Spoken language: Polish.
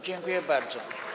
Dziękuję bardzo.